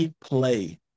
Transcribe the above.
play